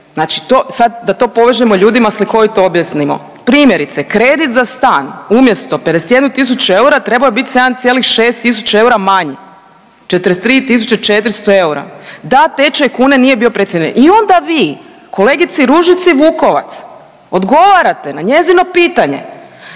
znači to, sad da to povežemo i ljudima slikovito objasnimo. Primjerice kredit za stan umjesto 51 tisuću eura trebao je bit 7,6 tisuća eura manje, 43.400 eura, da tečaj kune nije bio precijenjen i onda vi kolegici Ružici Vukovac odgovarate na njezino pitanje